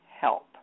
help